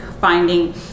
finding